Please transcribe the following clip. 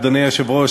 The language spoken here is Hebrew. אדוני היושב-ראש,